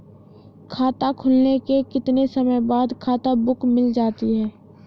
खाता खुलने के कितने समय बाद खाता बुक मिल जाती है?